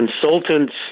consultant's